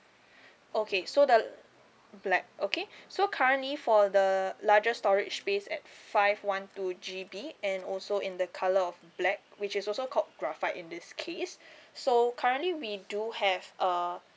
okay so the black okay so currently for the larger storage space at five one two G_B and also in the colour of black which is also called graphite in this case so currently we do have uh